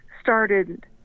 started